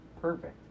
perfect